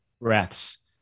breaths